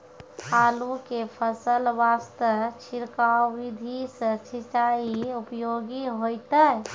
आलू के फसल वास्ते छिड़काव विधि से सिंचाई उपयोगी होइतै?